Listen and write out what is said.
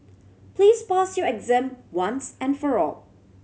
please pass your exam once and for all